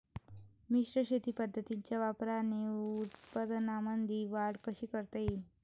मिश्र शेती पद्धतीच्या वापराने उत्पन्नामंदी वाढ कशी करता येईन?